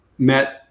met